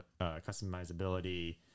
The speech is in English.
customizability